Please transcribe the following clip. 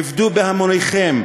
עבדו בהמוניכם,